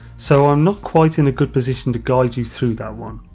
so i'm not quite in a good position to guide you through that one.